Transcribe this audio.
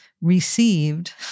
received